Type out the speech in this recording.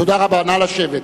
תודה רבה, נא לשבת.